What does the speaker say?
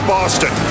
Boston